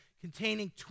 containing